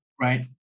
Right